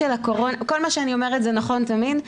כל מה שאני אומרת זה נכון תמיד,